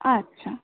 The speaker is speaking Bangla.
আচ্ছা